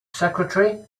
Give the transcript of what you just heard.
secretary